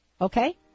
Okay